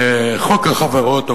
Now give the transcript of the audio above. חוק החברות,